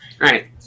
Right